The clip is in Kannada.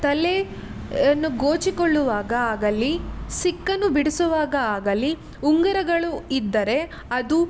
ತಲೆಯನ್ನು ಗೋಚಿಕೊಳ್ಳುವಾಗ ಆಗಲಿ ಸಿಕ್ಕನ್ನು ಬಿಡಿಸುವಾಗ ಆಗಲಿ ಉಂಗುರಗಳು ಇದ್ದರೆ ಅದು